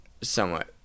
somewhat